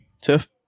tiff